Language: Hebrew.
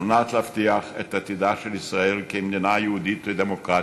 כדי להבטיח את עתידה של ישראל כמדינה יהודית ודמוקרטית,